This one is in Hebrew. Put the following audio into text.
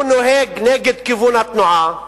הוא נוהג נגד כיוון התנועה,